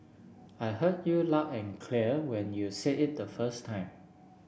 I heard you loud and clear when you say it the first time